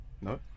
No